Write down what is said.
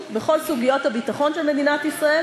בכל סוגיות הביטחון של מדינת ישראל,